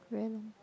very long